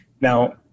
Now